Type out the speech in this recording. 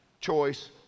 choice